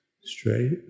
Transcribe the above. straight